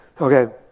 Okay